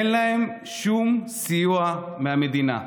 אין להם שום סיוע מהמדינה.